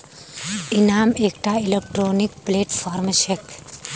इनाम एकटा electronic platform छेक